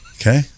Okay